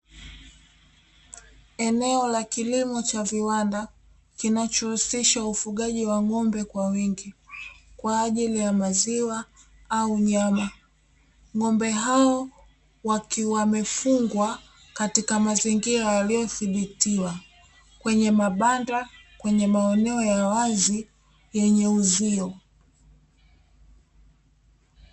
Eneo la kilimo cha viwanda kinachohusisha ufugaji wa ng’ombe kwa wingi kwaajili ya maziwa au nyama, ng’ombe wakiwa wamefungwa katika mazingira yaliyothibitiwa kwenye mabanda kwenye maeneo ya wazi yenye uzio.